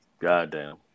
goddamn